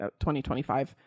2025